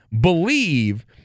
believe